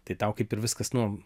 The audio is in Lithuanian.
tai tau kaip ir viskas nu